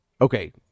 okay